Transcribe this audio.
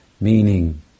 meaning